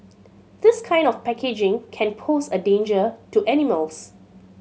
this kind of packaging can pose a danger to animals